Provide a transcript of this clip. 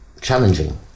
challenging